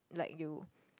like you